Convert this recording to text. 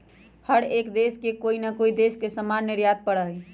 हर एक देश के कोई ना कोई देश से सामान निर्यात करे पड़ा हई